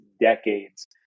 decades